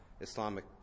Islamic